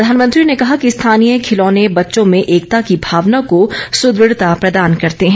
प्रधानमंत्री ने कहा कि स्थानीय खिलौने बच्चों में एकता की भावना को सुद्रढ़ता प्रदान करते हैं